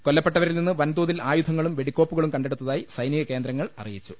കൊല്ലപ്പെട്ടവരിൽ നിന്ന് വൻതോതിൽ ആയുധങ്ങളും വെടിക്കോപ്പുകളും കണ്ടെടുത്തതായി സൈനികകേന്ദ്രങ്ങൾ അറിയിച്ചു